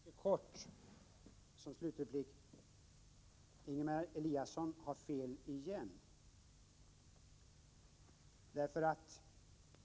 Herr talman! Jag skall fatta mig mycket kort. Ingemar Eliasson har fel igen.